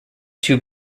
two